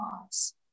loss